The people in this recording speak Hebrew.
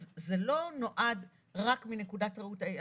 אז זה לא נועד רק מנקודת ראות של